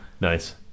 Nice